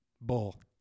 Bull